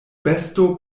besto